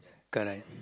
correct